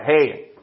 hey